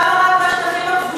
למה הם לא מחרימים מוצרים ישראליים?